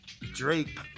Drake